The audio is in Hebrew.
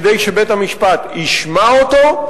כדי שבית-המשפט ישמע אותו,